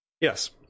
yes